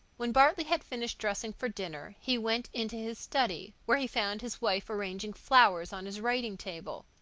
when bartley had finished dressing for dinner he went into his study, where he found his wife arranging flowers on his writing-table.